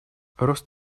рост